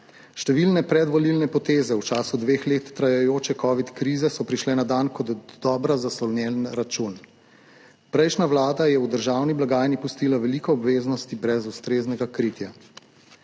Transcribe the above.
Številne predvolilne poteze v času dveh let trajajoče covid krize so prišle na dan kot dobro zaslonjen račun. Prejšnja vlada je v državni blagajni pustila veliko obveznosti brez ustreznega kritja.